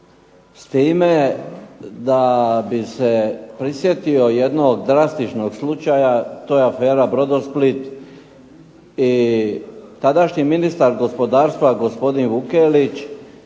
s time da bih se prisjetio jednog drastičnog slučaja to je afera Brodosplit i tadašnji ministar gospodarstva gospodin Vukelić,